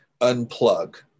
unplug